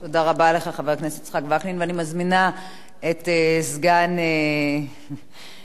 אני מזמינה את סגן היושב-ראש הבא,